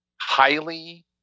highly